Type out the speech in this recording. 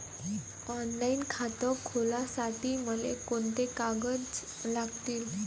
Online खातं खोलासाठी मले कोंते कागद लागतील?